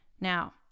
now